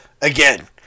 again